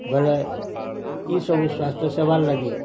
ବୋଇଲେ ଇ ସବୁ ସ୍ୱାସ୍ଥ୍ୟ ସେବାର୍ ଲାଗି